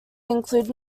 included